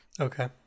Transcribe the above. Okay